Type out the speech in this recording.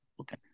Okay